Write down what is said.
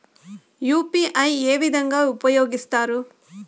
UPI ఏ విధంగా ఉపయోగిస్తారు?